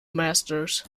masters